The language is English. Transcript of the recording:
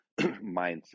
mindset